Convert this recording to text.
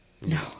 No